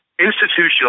institutional